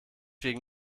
wegen